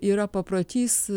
yra paprotys